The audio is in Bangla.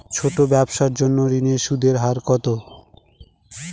ছোট ব্যবসার জন্য ঋণের সুদের হার কত?